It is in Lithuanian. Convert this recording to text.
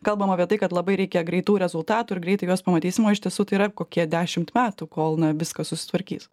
kalbam apie tai kad labai reikia greitų rezultatų ir greitai juos pamatysim o iš tiesų tai yra kokie dešimt metų kol na viskas susitvarkys